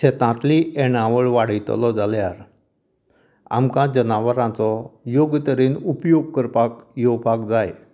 शेतातली येणावळ वाडयतलो जाल्यार आमकां जनावरांचो योग्य तरेन उपयोग करपाक येवपाक जाय